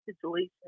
situation